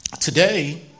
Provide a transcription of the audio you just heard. Today